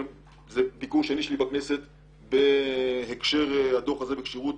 זה כבר ביקור שני שלי בכנסת בהקשר לדוח הזה ולכשירות